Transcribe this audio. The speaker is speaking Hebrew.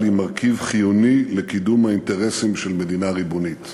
היא מרכיב חיוני לקידום האינטרסים של מדינה ריבונית.